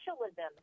socialism